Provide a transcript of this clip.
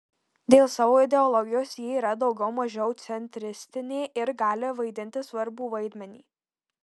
dėl savo ideologijos ji yra daugiau mažiau centristinė ir gali vaidinti svarbų vaidmenį